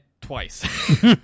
twice